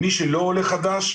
מי שלא עולה חדש,